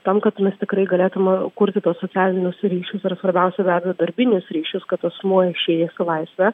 tam kad mes tikrai galėtume kurti tuos socialinius ryšius ir svarbiausia be abejo darbinius ryšius kad asmuo išėjęs į laisvę